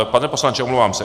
Pane poslanče, omlouvám se.